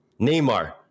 Neymar